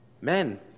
Men